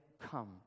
come